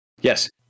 Yes